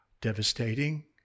devastating